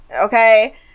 okay